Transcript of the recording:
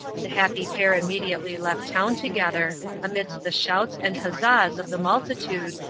the happy pair immediately left town together, amidst the shouts and huzzas of the multitude,